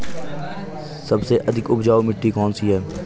सबसे अधिक उपजाऊ मिट्टी कौन सी है?